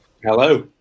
Hello